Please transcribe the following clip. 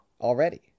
already